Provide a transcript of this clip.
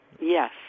Yes